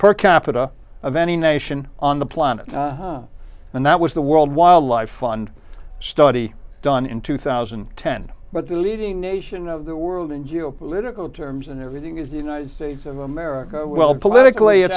per capita of any nation on the planet and that was the world wildlife fund study done in two thousand and ten but the leading nation of the world in geopolitical terms and everything is the united states of america well politically it